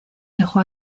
dejó